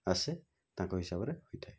ଆସେ ତାଙ୍କ ହିସାବରେ ହୋଇଥାଏ